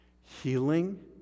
healing